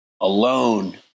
alone